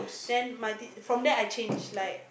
then my te~ from there I change like